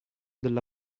della